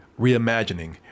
reimagining